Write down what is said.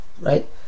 Right